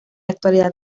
actualidad